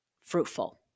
fruitful